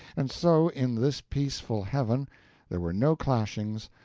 and so in this peaceful heaven there were no clashings,